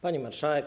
Pani Marszałek!